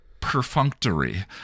perfunctory